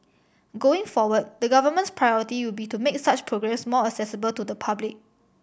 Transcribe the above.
going forward the Government's priority will be to make such programmes more accessible to the public